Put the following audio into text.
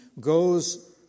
goes